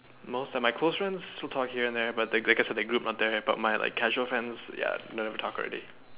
most of my close friends still talk here and there but th~ the guess the group not there but like my causal friends ya never talk already